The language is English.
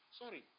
sorry